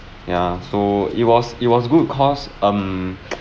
ya so it was it was good cause um